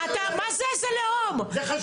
מה זה איזה לאום --- זה חשוב.